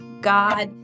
God